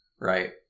Right